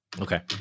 Okay